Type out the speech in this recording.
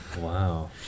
wow